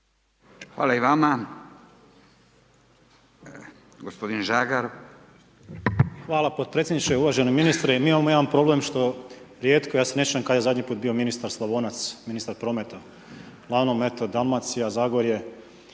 Tomislav (Nezavisni)** Hvala podpredsjedniče, uvaženi ministre, mi imamo jedan problem što rijetko ja se ne sjećam kad je zadnji put bio ministar Slavonac, ministar prometa, uglavnom eto Dalmacija, Zagorje.